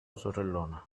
sorellona